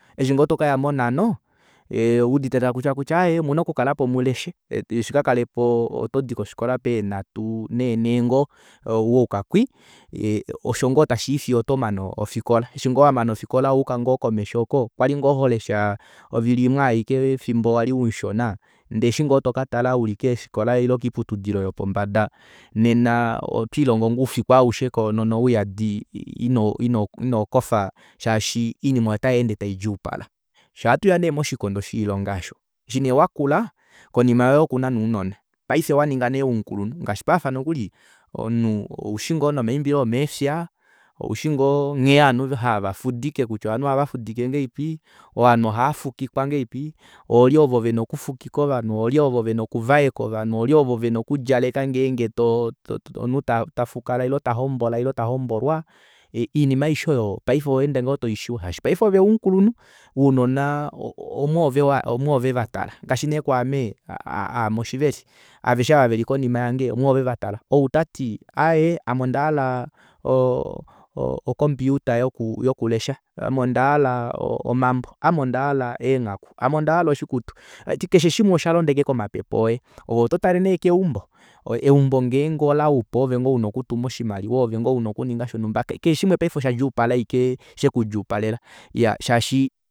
Eshingoo tokaya mo nhano owuudite takutiwa aaye omuna okukalapo muleshe shikakalepo otodi kofikola pee nhatu nee nhee ngoo wayuka kwii osho ngoo tashii vifyo otomane ofikola eshi ngoo wamana ofikola owayuka ngoo komesho oko kwali ngoo holesha ovili imwe aike fimbo wali umushona ndee eshi ngoo tokatala wali uli keefikola ile koiputudilo yopombada nena otwiilongo ngoo oufiku aushe koonono uyandi inokofa shaashi oinima otayeende taidjuupala fyee ohatuya nee moshikondo shoilonga aasho eshi nee wakula konima yoye okuna nee ounona paife waninga nee omukulunhu ngaashi paife nokuli omunhu oushingoo nomaimbilo omeefya oushi ngoo nghee ovanhu ohava fudike kutya ovanhu ohavafudike ngahelipi ovanhu ohaafukikwa ngahalipi oolye ovo vena okufukika ovanhu oolye oovo vena okuvaeka olye ovo vena okudjaleka ngenge omunhu tafukala ile tahombolwa oinima aishe oyo paife ohoonde ngoo toiishiiva shaashi paife oove omukulunhu ounona omwoove vatala ngaashi nee kwaame aame shiveli aveshe ava veli konima yange omwoove vatala outati aaye ame ondahala ocomputer yokulesha ame ondahala omambo ame ondahala oiktu tashiti keshe shimwe oshalonda aashike komapepe oye ovet oto tale nee keumbo eumbo ngenge olaupu oove ngoo una okutuma oshimaliwa oove ngoo una okuninga shonumba keshe shimwe paife oshekudjuupalela aashike shaashi